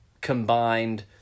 combined